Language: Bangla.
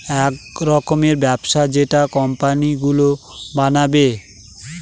এক রকমের ব্যবস্থা যেটা কোম্পানি গুলো বানাবে